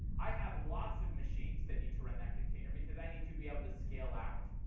i have lots of machines that need to run that container because i need to be able to scale out.